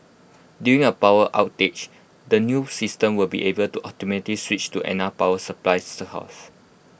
during A power outage the new system will be able to automatically switch to another power supply source